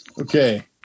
Okay